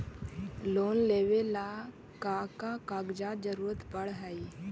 Loan लेवेला का का कागजात जरूरत पड़ हइ?